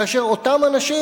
כאשר אותם אנשים,